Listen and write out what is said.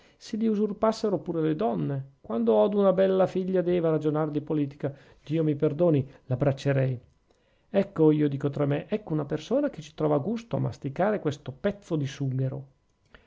se li usurpassero pure le donne quando odo una bella figlia d'eva ragionar di politica dio mi perdoni l'abbraccerei ecco io dico tra me ecco una persona che ci trova gusto a masticare questo pezzo di sughero